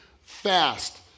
fast